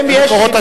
ממקורות אסורים.